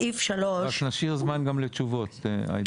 רק נשאיר זמן גם לתשובות, עאידה.